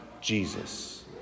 Jesus